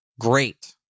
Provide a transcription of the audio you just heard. great